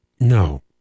No